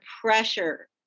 pressure